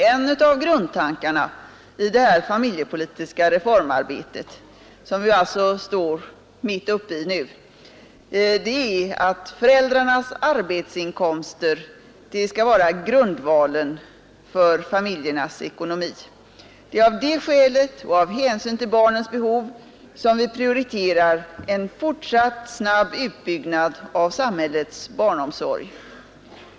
En av grundtankarna i det familjepolitiska reformarbete som vi nu står mitt uppe i är att det är föräldrarnas arbetsinkomster som är grundvalen för familjernas ekonomi. Det är av det skälet och av hänsyn till barnens behov som vi prioriterar en fortsatt snabb utbyggnad av samhällets barnomsorg.